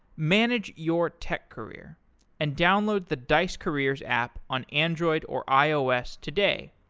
manage your tech career and download the dice careers app on android or ios today.